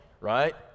right